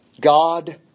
God